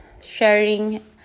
sharing